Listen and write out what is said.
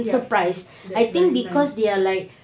yup that's very nice